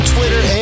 Twitter